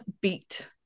beat